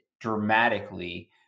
dramatically